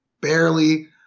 barely